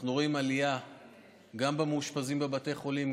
אנחנו רואים עלייה גם במאושפזים בבתי החולים,